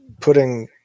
putting